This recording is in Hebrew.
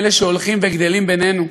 לאלה שהולכים וגדלים בינינו,